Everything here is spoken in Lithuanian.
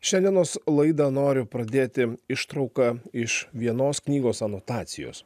šiandienos laidą noriu pradėti ištrauka iš vienos knygos anotacijos